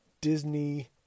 Disney